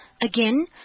Again